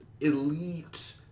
elite